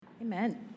Amen